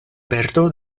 perdo